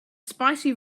spicy